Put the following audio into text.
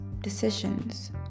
decisions